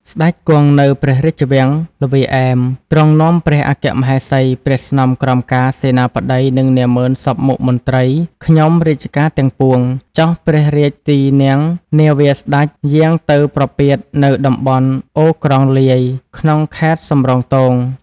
ស្ដេចគង់នៅព្រះរាជវាំងល្វាឯម ទ្រង់នាំព្រះអគ្គមហេសី ព្រះស្នំក្រមការ សេនាបតី និងនាម៉ឺនសព្វមុខមន្ត្រីខ្ញុំរាជការទាំងពួង ចុះព្រះរាជទីន័ងនាវាស្ដេចយាងទៅប្រពាតនៅតំបន់អូរក្រងលាយ ក្នុងខេត្តសំរោងទង